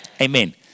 amen